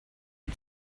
die